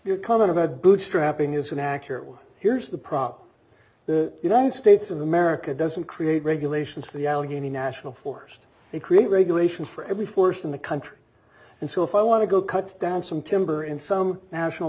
your comment about bootstrapping isn't accurate here's the problem you don't states of america doesn't create regulations for the allegheny national forest they create regulations for every force in the country and so if i want to go cut down some timber in some national